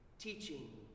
teaching